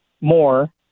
more